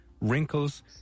wrinkles